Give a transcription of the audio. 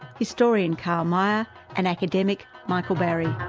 historian karl meyer and academic michael barry.